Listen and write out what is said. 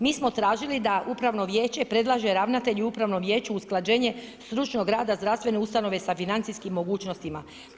Mi smo tražili da upravno vijeće predlaže ravnatelju upravnom vijeću usklađenje stručnog rada zdravstvene ustanove sa financijskim mogućnostima.